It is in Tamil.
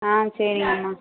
ஆ சரிங்கம்மா